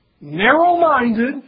narrow-minded